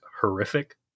horrific